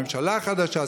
ממשלה חדשה,